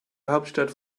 hauptstadt